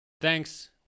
thanks